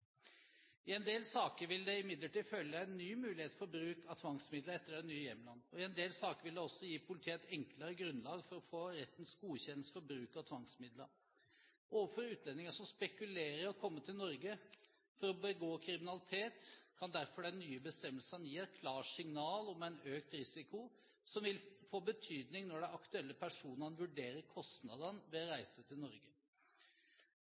I en del saker vil det imidlertid følge en ny mulighet for bruk av tvangsmidler etter de nye hjemlene, og i en del saker vil det også gi politiet et enklere grunnlag for å få rettens godkjennelse for bruk av tvangsmidler. Overfor utlendinger som spekulerer i å komme til Norge for å begå kriminalitet, kan derfor de nye bestemmelsene gi et klart signal om en økt risiko, som vil få betydning når de aktuelle personene vurderer kostnadene ved reise til Norge.